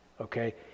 okay